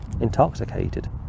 intoxicated